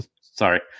Sorry